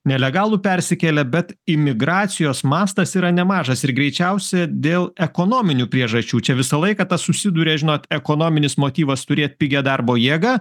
nelegalų persikėlė bet imigracijos mastas yra nemažas ir greičiausia dėl ekonominių priežasčių čia visą laiką tas susiduria žinot ekonominis motyvas turėt pigią darbo jėgą